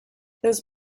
those